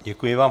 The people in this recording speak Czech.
Děkuji vám.